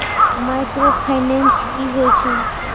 Micro finance कि होई छै?